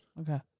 Okay